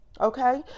Okay